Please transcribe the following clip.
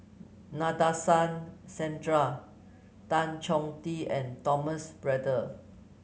Nadasen Chandra Tan Chong Tee and Thomas Braddell